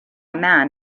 man